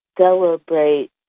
celebrate